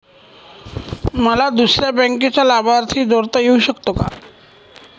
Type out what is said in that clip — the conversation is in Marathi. मला दुसऱ्या बँकेचा लाभार्थी जोडता येऊ शकतो का?